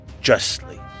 justly